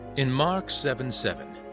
in mark seven seven,